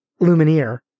lumineer